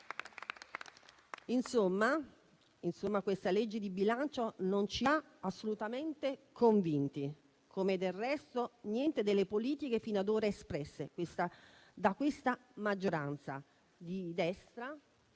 disegno di legge di bilancio non ci ha assolutamente convinti, come del resto nessuna delle politiche finora espresse da questa maggioranza di destra,